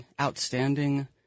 outstanding